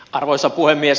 arvoisa puhemies